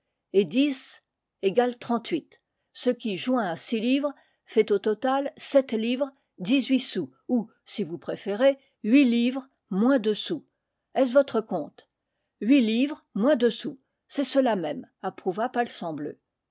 et dix égalent trente-huit ce qui joint à six livres fait au total sept livres dix-huit sous ou si vous préférez huit livres moins deux sous est-ce votre compte huit livres moins deux sous c'est cela même approuva palsambleu